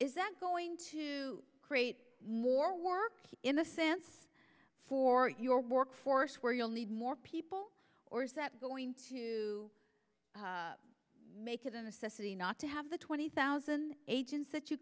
is that going to create more work in the sense for your workforce where you'll need more people or is that going to make the necessity not to have the twenty thousand agents that you